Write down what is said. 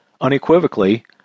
Unequivocally